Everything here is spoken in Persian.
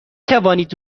توانید